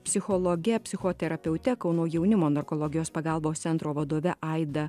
psichologe psichoterapeute kauno jaunimo narkologijos pagalbos centro vadove aida